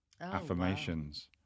affirmations